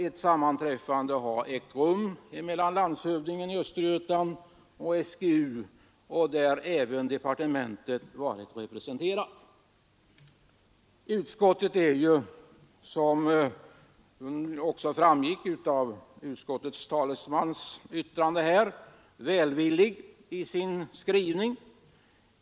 Ett sammanträffande har ägt rum mellan landshövdingen i Östergötlands län och SGU, varvid även departementet varit representerat. Utskottet är, vilket också framgick av vad dess talesman sade här, välvilligt i sin skrivning.